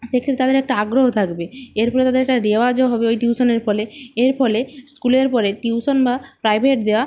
সেক্ষেত্রে তাদের একটা আগ্রহ থাকবে এর ফলে তাদের একটা রেওয়াজও হবে ওই টিউশানের ফলে এর ফলে স্কুলের পরে টিউশান বা প্রাইভেট দেওয়া